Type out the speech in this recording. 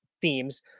themes